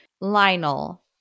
Lionel